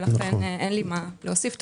ואין לי מה להוסיף.